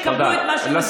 יקבלו את מה שמגיע להם.